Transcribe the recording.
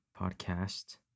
podcast